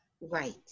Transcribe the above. Right